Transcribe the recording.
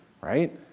Right